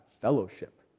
fellowship